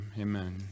amen